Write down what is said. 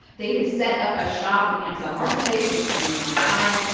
they had set up a shop in the amazon marketplace with amazon prime.